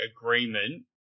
agreement